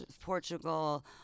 portugal